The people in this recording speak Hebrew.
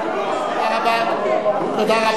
אתה לא